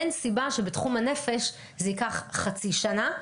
אין סיבה שבתחום הנפש זה ייקח חצי שנה,